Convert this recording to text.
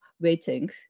waiting